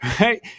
right